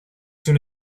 soon